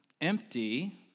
empty